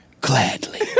Gladly